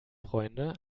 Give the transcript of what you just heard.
freunde